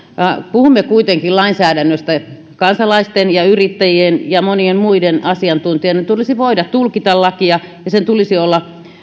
puhumme kuitenkin lainsäädännöstä kansalaisten yrittäjien ja asiantuntijoiden tulisi voida tulkita lakia sen tulisi olla